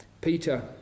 Peter